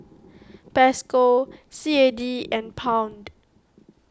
Peso C A D and Pound